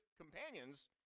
companions